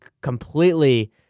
completely